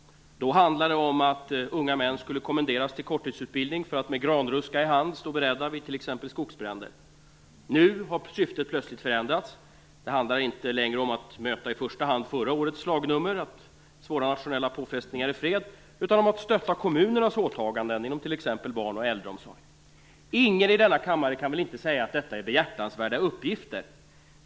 Då handlade det om att unga män skulle kommenderas till korttidsutbildning för att med granruska i hand stå beredda vid t.ex. skogsbränder. Nu har syftet plötsligt förändrats. Det handlar inte längre om att möta i första hand förra årets slagnummer, svåra nationella påfrestningar i fred, utan om att stötta kommunernas åtaganden inom t.ex. barn och äldreomsorg. Ingen i denna kammare kan väl säga att detta inte är behjärtansvärda uppgifter.